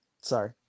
Sorry